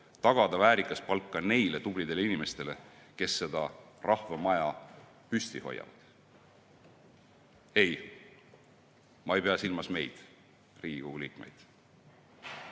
tagada väärikas palk ka neile tublidele inimestele, kes seda rahvamaja püsti hoiavad. Ei, ma ei pea silmas meid, Riigikogu liikmeid,